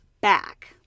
back